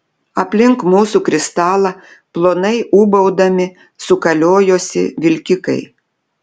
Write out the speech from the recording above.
aplink mūsų kristalą plonai ūbaudami sukaliojosi vilkikai